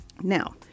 Now